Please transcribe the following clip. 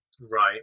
Right